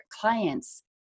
clients